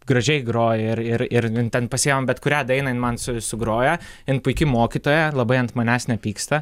gražiai groja ir ir ir ten pasiimam bet kurią dainą jin man su sugroja jin puiki mokytoja labai ant manęs nepyksta